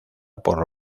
por